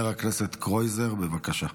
חבר הכנסת קרויזר, בבקשה.